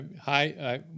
hi